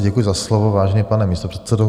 Děkuji za slovo, vážený pane místopředsedo.